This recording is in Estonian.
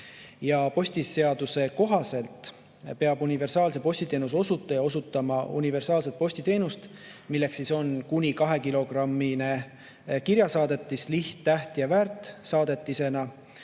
Postiseaduse kohaselt peab universaalse postiteenuse osutaja osutama universaalset postiteenust, milleks on kuni 2-kilogrammise kirjasaadetise edastamine liht-, täht- ja väärtsaadetisena